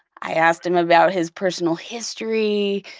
i asked him about his personal history.